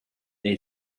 they